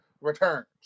returns